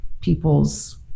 people's